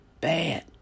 Bad